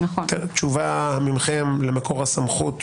תשובה מכם למקור הסמכות,